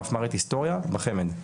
שהיא מפמ"רית היסטוריה בחמד.